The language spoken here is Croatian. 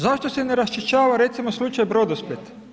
Zašto se ne raščišćava recimo slučaj Brodosplit?